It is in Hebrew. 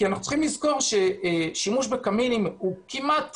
כי אנחנו צריכים לזכור ששימוש בקמינים מתרחש כמעט